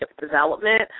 development